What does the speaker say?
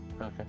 okay